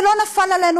זה לא נפל עלינו,